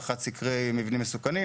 הערכת סקרי מבנים מסוכנים,